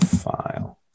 file